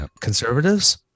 Conservatives